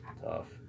Tough